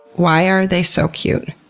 why are they so cute?